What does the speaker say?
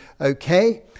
okay